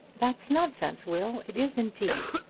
that's nonsense, will it is indeed.